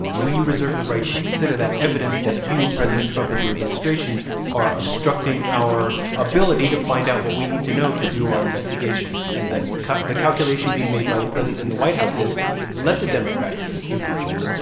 we reserve the right to consider that evidence that you, president trump, and your administration are obstructing our ability to find out what we need to know to do our investigation. and the the calculation being made by the president in and the white house is let the democrats impeach me.